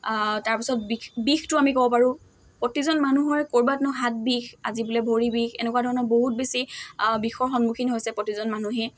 তাৰপাছত বিষ বিষটো আমি ক'ব পাৰোঁ প্ৰতিজন মানুহৰে ক'ৰবাত নহয় হাত বিষ আজি বোলে ভৰি বিষ এনেকুৱা ধৰণৰ বহুত বেছি বিষৰ সন্মুখীন হৈছে প্ৰতিজন মানুহেই